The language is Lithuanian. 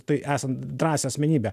tai esant drąsią asmenybę